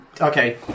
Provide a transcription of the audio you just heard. okay